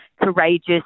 courageous